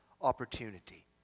opportunity